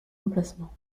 emplacement